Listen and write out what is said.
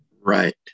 Right